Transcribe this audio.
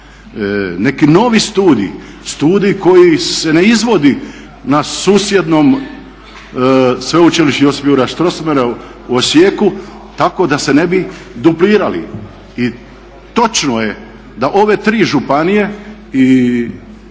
neki novi studij, studij koji se ne izvodi na susjednom sveučilištu Josip Juraj Strossmayera u Osijeku tako da se ne bi duplirali. I točno je da ove tri županije i bosanska